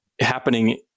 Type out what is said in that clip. happening